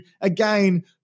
Again